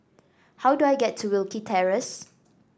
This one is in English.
how do I get to Wilkie Terrace